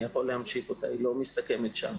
לא מסתכמת רק בזה.